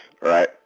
right